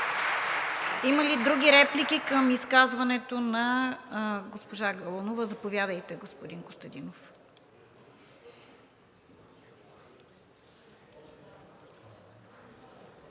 Има ли други реплики към изказването на госпожа Галунова? Заповядайте, господин Костадинов.